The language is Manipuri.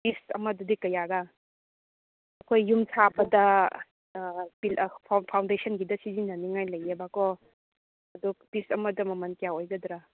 ꯄꯤꯁ ꯑꯃꯗꯗꯤ ꯀꯌꯥꯔꯥ ꯑꯩꯈꯣꯏ ꯌꯨꯝ ꯁꯥꯕꯗ ꯑꯥ ꯐꯥꯎꯟꯗꯦꯁꯟꯒꯤꯗ ꯁꯤꯖꯤꯟꯅꯅꯤꯡꯉꯥꯏ ꯂꯩꯌꯦꯕꯀꯣ ꯑꯗꯣ ꯄꯤꯁ ꯑꯃꯗ ꯃꯃꯟ ꯀꯌꯥ ꯑꯣꯏꯒꯗ꯭ꯔꯥ